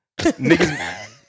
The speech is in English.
niggas